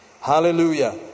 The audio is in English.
hallelujah